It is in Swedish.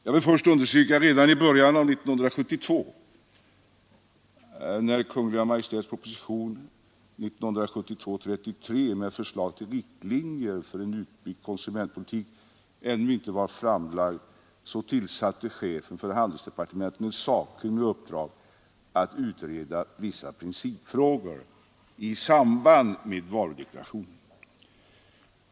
Jag vill understryka att redan i början av 1972 — när Kungl. Maj:ts proposition 1972:33 med förslag till riktlinjer för en utbyggd konsumentpolitik ännu inte var framlagd — tillsatte chefen för handelsdepartementet en sakkunnig med uppdrag att utreda vissa principfrågor i samband med varudeklaration.